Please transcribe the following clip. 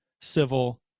civil